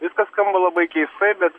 viskas skamba labai keistai bet